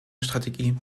strategie